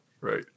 right